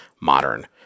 modern